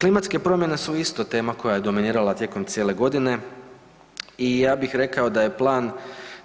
Klimatske promjene su isto tema koja je dominirala tijekom cijele godine i ja bih rekao da je plan